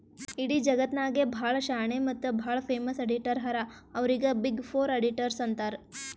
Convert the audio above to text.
ಇಡೀ ಜಗತ್ನಾಗೆ ಭಾಳ ಶಾಣೆ ಮತ್ತ ಭಾಳ ಫೇಮಸ್ ಅಡಿಟರ್ ಹರಾ ಅವ್ರಿಗ ಬಿಗ್ ಫೋರ್ ಅಡಿಟರ್ಸ್ ಅಂತಾರ್